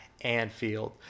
Anfield